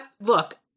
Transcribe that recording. look